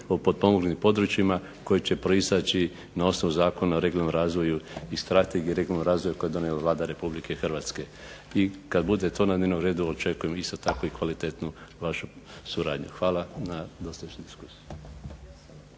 o potonulim područjima koji će proisteći na osnovu Zakona o regionalnom razvoju i Strategije o regionalnom razvoju koju je donijela Vlada Republike Hrvatske. I kad bude to na dnevnom redu očekujemo isto tako i kvalitetnu vašu suradnju. Hvala na dosadašnjoj diskusiji.